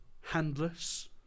handless